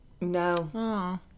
No